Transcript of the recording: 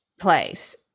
place